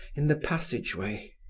in the passage way.